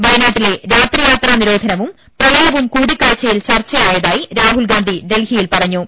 വയനാട്ടിലെ രാത്രി യാത്രാ നിരോധനവും പ്രളയവും കൂടിക്കാഴ്ചയിൽ ചർച്ചയായതായി രാഹുൽഗാന്ധി ഡൽഹിയിൽ പറഞ്ഞു